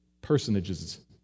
personages